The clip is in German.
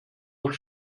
auch